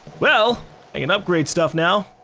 well i can upgrade stuff now.